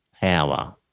power